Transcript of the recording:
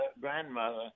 grandmother